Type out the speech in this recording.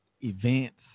events